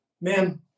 man